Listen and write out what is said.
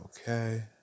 Okay